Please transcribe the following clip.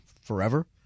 forever